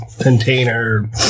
container